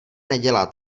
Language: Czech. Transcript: nedělá